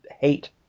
hate